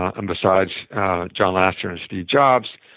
ah and besides john lasseter and steve jobs,